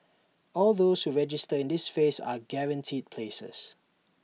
all those who register in this phase are guaranteed places